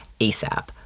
ASAP